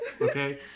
okay